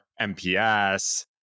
MPS